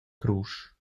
crusch